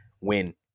win